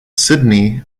sydney